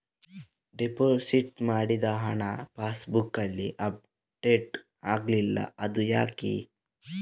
Deposit ಮಾಡಿದ ಹಣ ಪಾಸ್ ಬುಕ್ನಲ್ಲಿ ಅಪ್ಡೇಟ್ ಆಗಿಲ್ಲ ಅದು ಯಾಕೆ?